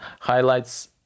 highlights